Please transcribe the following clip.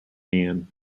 anne